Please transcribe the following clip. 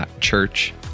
church